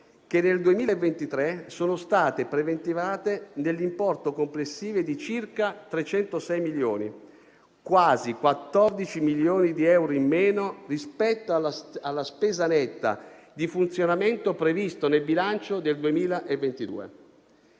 che nel 2023 sono state preventivate nell'importo complessivo di circa 306 milioni, quasi 14 milioni di euro in meno rispetto alla spesa netta di funzionamento previsto nel bilancio del 2022.